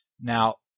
Now